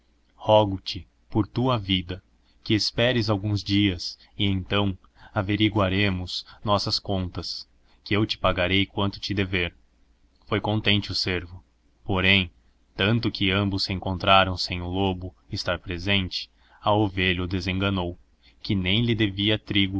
kogote per tua vida que esperes alguns dias y e enfaó averigoaremos nossas contai íue eu te pagarei qiiamo te dever oi contente o cervo porém tanta que atnbos se eocontráfaõ sem o lobo estar presente y a orelha o des enganou y que nem lhe devlá